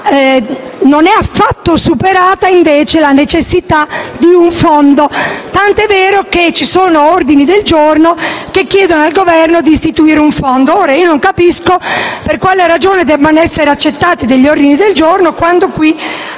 non è affatto superata la necessità di un fondo, tanto è vero che sono stati presentati ordini del giorno che chiedono al Governo di istituirne uno. Ora, io non capisco per quale ragione debbano essere accettati degli ordini del giorno quando qui